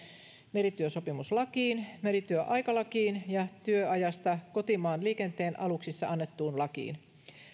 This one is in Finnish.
merityösopimuslakiin merityöaikalakiin ja työajasta kotimaanliikenteen aluksissa annettuun lakiin